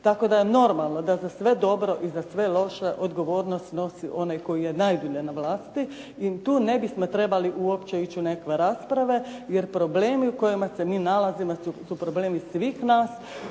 Tako da je normalno da za sve dobro i za sve loše odgovornost snosi onaj koji je najdulje na vlasti i tu ne bismo trebali uopće ići u nekakve rasprave, jer problemi u kojima se mi nalazimo su problemi svih nas